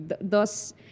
Thus